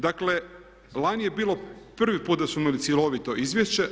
Dakle, lani je bilo prvi put da smo imali cjelovito izvješće.